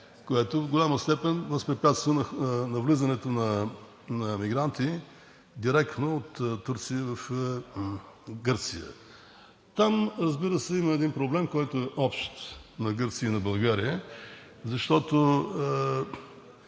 км и в голяма степен възпрепятства навлизането на мигранти директно от Турция в Гърция. Разбира се, има един проблем, който е общ и на Гърция, и на България, защото